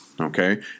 Okay